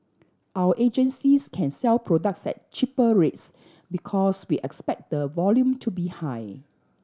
our agencies can sell products at cheaper rates because we expect the volume to be high